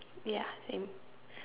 ya same